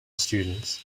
students